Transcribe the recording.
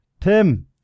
Tim